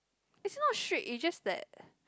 it's not strict it's just that